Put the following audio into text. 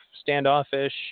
standoffish